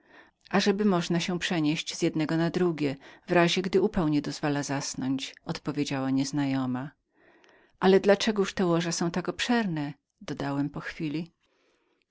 zapytałem ażeby można przenieść się z jednego na drugie w razie gdy upał nie dozwala zasnąć odpowiedziała piękna nieznajoma ale dla czegoż te łoża są tak obszerne dodałem po chwili